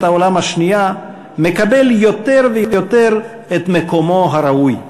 העולם השנייה מקבל יותר ויותר את מקומו הראוי.